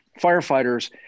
firefighters